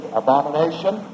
abomination